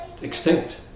extinct